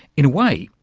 in a way,